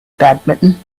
badminton